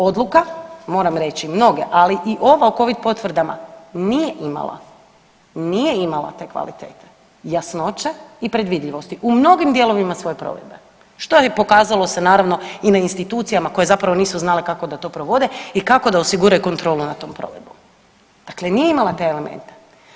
Odluka, moram reći mnoge, ali i ove o covid potvrdama nije imala, nije imala te kvalitete, jasnoće i predvidljivosti u mnogim dijelovima svoje provedbe što je pokazalo se naravno i na institucija koje zapravo nisu znale kako da to provode i kako da osiguraju kontrolu nad tom provedbom, dakle nije imala te elemente.